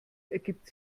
ergibt